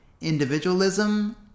Individualism